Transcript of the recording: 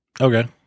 Okay